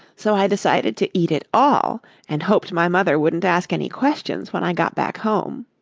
so i decided to eat it all and hoped my mother wouldn't ask any questions when i got back home.